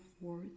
worth